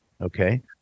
Okay